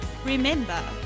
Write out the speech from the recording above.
Remember